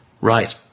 Right